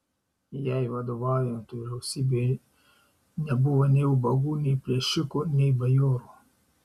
jai vadovaujant vyriausybei nebuvo nei ubagų nei plėšikų nei bajorų